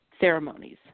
ceremonies